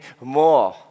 more